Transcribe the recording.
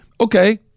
Okay